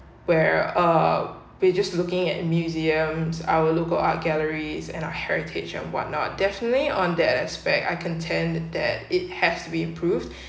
where uh we just looking at museums our local art galleries and our heritage and whatnot definitely on that aspect I contend that it has to be improved